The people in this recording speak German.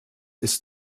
ist